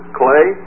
clay